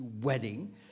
wedding